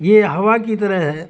یہ ہوا کی طرح ہے